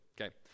okay